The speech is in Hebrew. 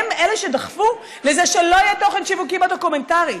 הם אלה שדחפו לזה שלא יהיה תוכן שיווקי בדוקומנטרי.